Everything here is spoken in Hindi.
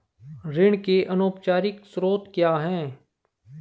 ऋण के अनौपचारिक स्रोत क्या हैं?